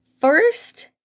First